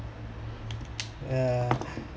ya